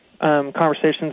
conversations